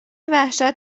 وحشت